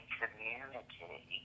community